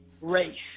race